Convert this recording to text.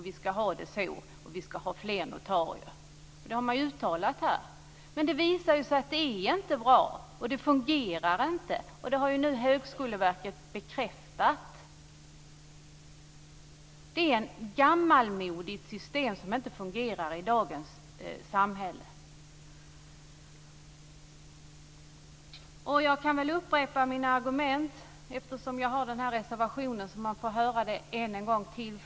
Vi ska ha det så. Vi ska ha fler notarier. Det har man uttalat här. Men det visar sig att det inte är bra. Det fungerar inte. Det har ju nu Högskoleverket bekräftat. Det är ett gammalmodigt system som inte fungerar i dagens samhälle. Jag kan väl upprepa mina argument eftersom jag har en reservation, så att man får höra det en gång till.